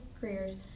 careers